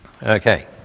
Okay